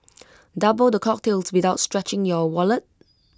double the cocktails without stretching your wallet